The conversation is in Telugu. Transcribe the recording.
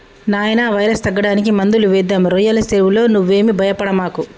నాయినా వైరస్ తగ్గడానికి మందులు వేద్దాం రోయ్యల సెరువులో నువ్వేమీ భయపడమాకు